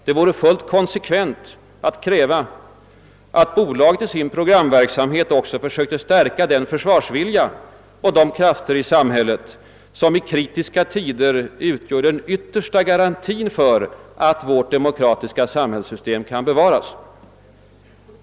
Det vore då fullt konsekvent att kräva att bolaget i sin programverksamhet också försökte stärka den försvarsvilja och de krafter i samhället som i kritiska tider utgör den yttersta garantin för att vårt demokratiska samhällssystem kan bevaras.